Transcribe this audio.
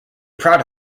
proud